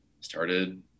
started